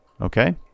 okay